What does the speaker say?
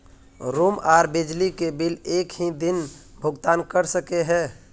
Room आर बिजली के बिल एक हि दिन भुगतान कर सके है?